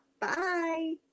bye